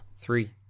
Three